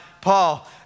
Paul